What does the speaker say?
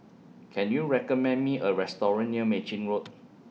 Can YOU recommend Me A Restaurant near Mei Chin Road